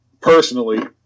Personally